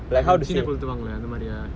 like சீனே கொளுத்துவாங்களே:cheenae kolluthuvaangalae